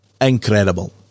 incredible